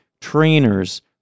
trainers